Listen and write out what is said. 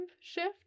shift